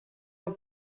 del